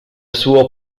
suo